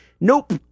nope